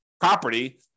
property